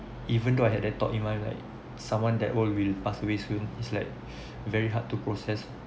even though I had that thought in mind like someone that will old will pass away soon is like very hard to process